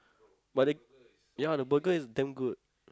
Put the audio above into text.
but the ya the burger is damn good